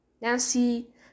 Nancy